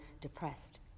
depressed